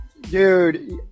dude